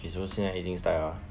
okay so 现在已经 start liao lah